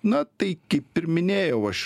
na tai kaip ir minėjau aš